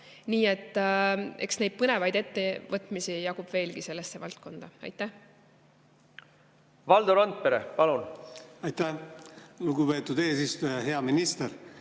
Nii et eks neid põnevaid ettevõtmisi jagub veelgi sellesse valdkonda. Valdo Randpere, palun! Aitäh, lugupeetud eesistuja! Hea minister!